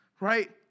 Right